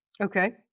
Okay